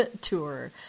tour